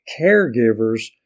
caregivers